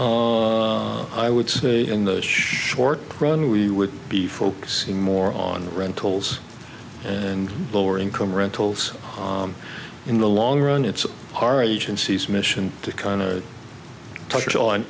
i would say in the short run we would be focusing more on rentals and lower income rentals in the long run it's our agency's mission to kind of touch on